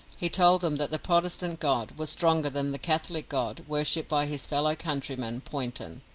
he told them that the protestant god was stronger than the catholic god worshipped by his fellow countryman, poynton.